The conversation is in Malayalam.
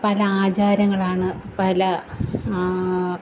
പല ആചാരങ്ങളാണ് പല